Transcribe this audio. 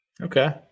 Okay